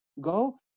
go